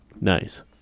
nice